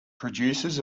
producers